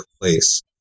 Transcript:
place